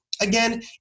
Again